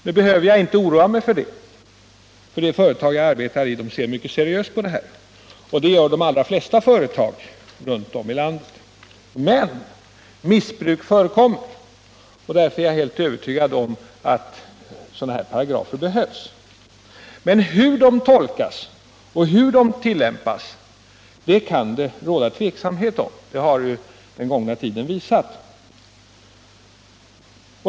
Nu behöver jag inte oroa mig, eftersom det företag som jag arbetar i ser mycket seriöst på den här frågan, och det gör de allra flesta företag runt om i landet. Men missbruk förekommer, och därför är jag helt övertygad om att sådana här paragrafer behövs. Hur de tolkas och tillämpas kan det emellertid råda tveksamhet om, vilket den gångna tiden har visat.